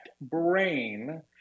brain